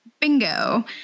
Bingo